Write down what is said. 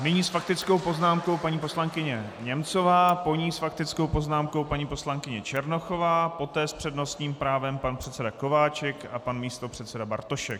Nyní s faktickou poznámkou paní poslankyně Němcová, po ní s faktickou poznámkou paní poslankyně Černochová, poté s přednostním právem pan předseda Kováčik a pan místopředseda Bartošek.